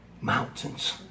mountains